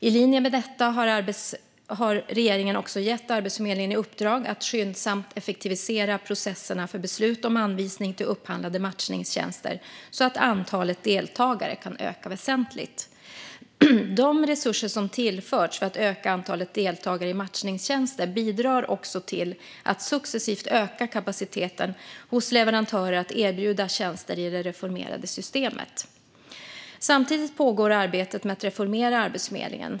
I linje med detta har regeringen också gett Arbetsförmedlingen i uppdrag att skyndsamt effektivisera processerna för beslut om anvisning till upphandlade matchningstjänster så att antalet deltagare kan öka väsentligt. De resurser som tillförts för att öka antalet deltagare i matchningstjänster bidrar också till att successivt öka kapaciteten hos leverantörer att erbjuda tjänster i det reformerade systemet. Samtidigt pågår arbetet med att reformera Arbetsförmedlingen.